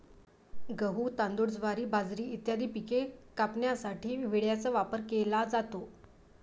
गहू, तांदूळ, ज्वारी, बाजरी इत्यादी पिके कापण्यासाठी विळ्याचा वापर केला जातो